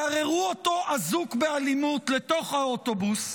גררו אותו אזוק, באלימות, לתוך האוטובוס,